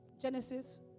Genesis